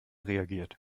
reagiert